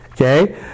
Okay